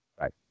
right